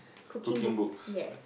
cooking book yes